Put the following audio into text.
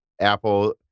Apple